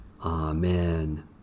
Amen